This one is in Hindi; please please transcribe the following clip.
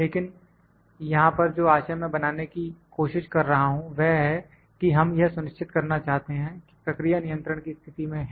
लेकिन यहां पर जो आशय मैं बनाने की कोशिश कर रहा हूं वह है कि हम यह सुनिश्चित करना चाहते हैं कि प्रक्रिया नियंत्रण की स्थिति में है